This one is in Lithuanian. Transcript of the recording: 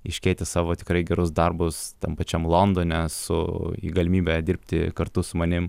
iškeitę savo tikrai gerus darbus tam pačiam londone su galimybe dirbti kartu su manim